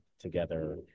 together